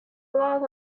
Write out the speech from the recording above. lot